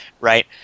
Right